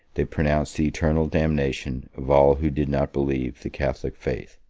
they pronounced the eternal damnation of all who did not believe the catholic faith.